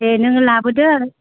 दे नों लाबोदो